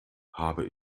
habe